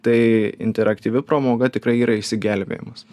tai interaktyvi pramoga tikrai yra išsigelbėjimas